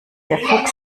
der